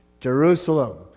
Jerusalem